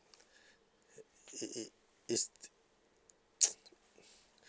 it it it's